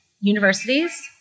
universities